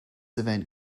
event